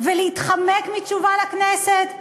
ולהתחמק מתשובה לכנסת?